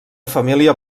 família